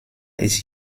ist